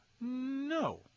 No